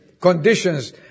conditions